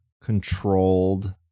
controlled